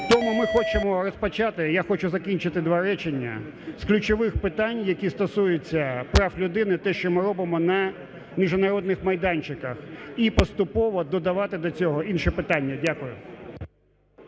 Тому ми хочемо розпочати (я хочу закінчити, два речення) з ключових питань, які стосуються прав людини – те, що ми робимо на міжнародних майданчиках. І поступово додавати до цього інші питання. Дякую.